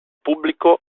pubblico